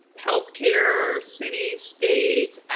health care, city-state,